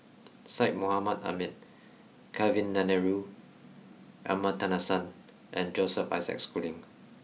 Syed Mohamed Ahmed Kavignareru Amallathasan and Joseph Isaac Schooling